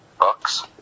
books